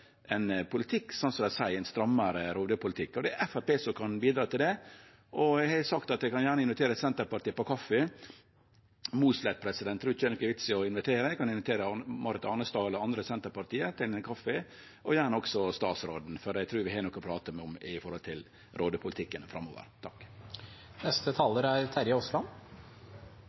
ein strammare rovdyrpolitikk, som dei seier. Det er Framstegspartiet som kan bidra til det. Eg har sagt at eg gjerne kan invitere Senterpartiet på kaffi. Mossleth trur eg ikkje det er nokon vits i å invitere. Eg kan invitere Marit Arnstad eller andre i Senterpartiet til ein kaffi, og gjerne også statsråden, for eg trur vi har noko å prate om når det gjeld rovdyrpolitikken framover.